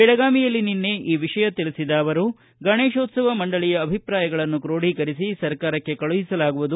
ಬೆಳಗಾವಿಯಲ್ಲಿ ನಿನ್ನೆ ಈ ವಿಷಯ ತಿಳಿಬದ ಅವರು ಗಣೇಶೋತ್ಲವ ಮಂಡಳಿಯ ಅಭಿಪ್ರಾಯಗಳನ್ನು ಕ್ರೋಢೀಕರಿಸಿ ಸರಕಾರಕ್ಕೆ ಕಳಿಸಲಾಗುವುದು